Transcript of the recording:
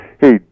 Hey